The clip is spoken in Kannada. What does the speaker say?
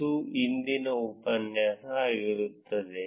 ಇದು ಇಂದಿನ ಉಪನ್ಯಾಸ ಆಗಿರುತ್ತದೆ